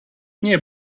nie